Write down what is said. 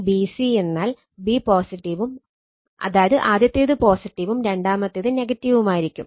Vbc എന്നാൽ b പോസിറ്റീവും അതായത് ആദ്യത്തേത് പോസിറ്റീവും രണ്ടാമത്തേത് നെഗറ്റീവുമായിരിക്കും